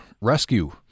rescue